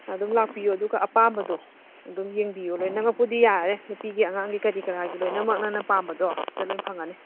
ꯑꯗꯨꯝ ꯂꯥꯛꯄꯤꯌꯣ ꯑꯗꯨꯒ ꯑꯄꯥꯝꯕꯗꯣ ꯑꯗꯨꯝ ꯌꯦꯡꯕꯤꯌꯣ ꯂꯣꯏꯅꯃꯛꯄꯨꯗꯤ ꯌꯥꯔꯦ ꯅꯨꯄꯤꯒꯤ ꯑꯉꯥꯡꯒꯤ ꯀꯔꯤꯒꯤ ꯀꯔꯤ ꯀꯔꯥ ꯂꯣꯏꯅꯃꯛ ꯅꯪꯅ ꯄꯥꯝꯕꯗꯣ ꯁꯤꯗ ꯂꯣꯏ ꯐꯪꯉꯅꯤ